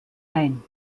ein